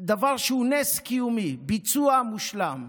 דבר שהוא נס קיומי, ביצוע מושלם.